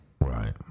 Right